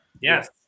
Yes